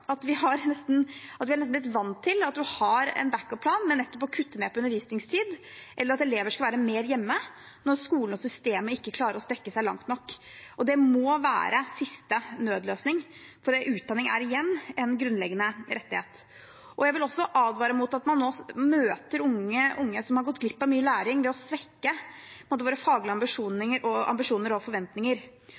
nesten er blitt vant til at en har en backup-plan med nettopp å kutte ned på undervisningstid, eller at elever skal være mer hjemme når skolen og systemet ikke klarer å strekke seg langt nok. Det må være siste nødløsning, for igjen: Utdanning er en grunnleggende rettighet. Jeg vil også advare mot at man nå møter unge som har gått glipp av mye læring, ved å svekke våre faglige ambisjoner og forventninger. Jeg mener helt oppriktig at jeg synes det